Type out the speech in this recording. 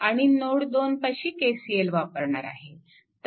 आणि नोड 2 पाशी KCL वापरणार आहे